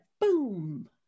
boom